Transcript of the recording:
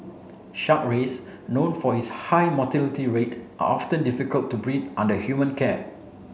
Shark rays known for its high mortality rate are often difficult to breed under human care